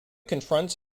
confronts